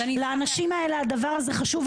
לאנשים האלה הדבר הזה חשוב,